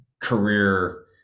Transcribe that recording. career